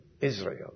Israel